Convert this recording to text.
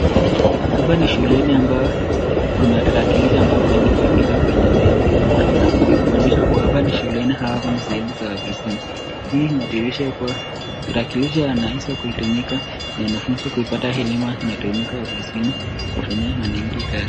Hapa ni shuleni ambayo kuna tarakilishi ambayo imeweza kuwekezwa kwenye meza na kuna viti kuonyesha kuwa hapa ni shuleni au ni sehemu za ofisini. Hii inadhihirisha kuwa tarakilishi haya yanaweza kutumika na wanafunzi kupata elimu au inatumika ofisini kuwafanyia wananchi kazi.